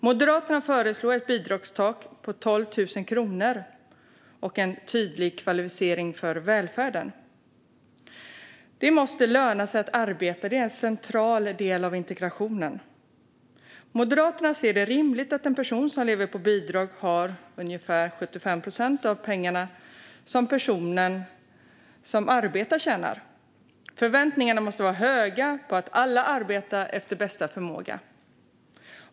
Moderaterna föreslår ett bidragstak på 12 000 kronor och en tydlig kvalificering för att ta del av välfärden. Det måste löna sig att arbeta. Det är en central del av integrationen. Moderaterna ser det som rimligt att en person som lever på bidrag har ungefär 75 procent av det som en person som arbetar tjänar. Förväntningarna måste vara höga på att alla arbetar efter bästa förmåga.